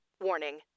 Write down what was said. Warning